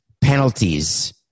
penalties